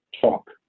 talk